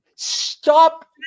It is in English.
Stop